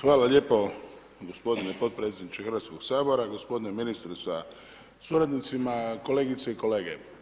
Hvala lijepo gospodine podpredsjedniče Hrvatskog sabora, gospodine ministre sa suradnicima, kolegice i kolege.